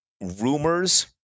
rumors